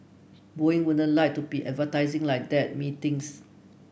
Boeing wouldn't like to be advertising like that methinks